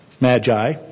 Magi